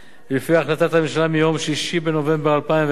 ולפי החלטת הממשלה מיום 6 בנובמבר 2011,